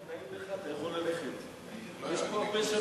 אדוני היושב-ראש,